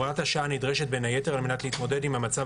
הוראת השעה נדרשת בין היתר על מנת להתמודד עם המצב